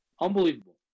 Unbelievable